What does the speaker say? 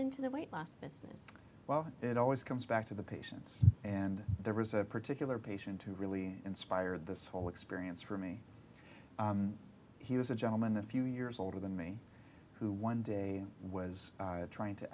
into the weight loss business well it always comes back to the patients and there was a particular patient who really inspired this whole experience for me he was a gentleman a few years older than me who one day was trying to